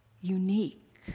unique